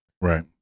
Right